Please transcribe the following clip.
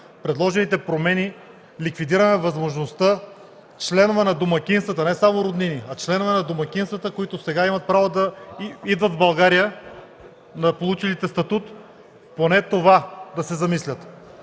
предложените промени ликвидираме възможността членове на домакинствата – не само роднини, които сега имат право да идват в България, на получилите статут, поне за това да се замислят.